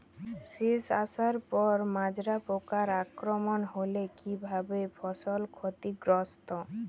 শীষ আসার পর মাজরা পোকার আক্রমণ হলে কী ভাবে ফসল ক্ষতিগ্রস্ত?